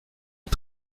est